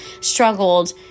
struggled